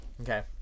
Okay